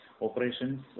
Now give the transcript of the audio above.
operations